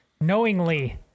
knowingly